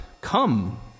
come